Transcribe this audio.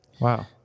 Wow